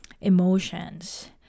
emotions